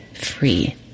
free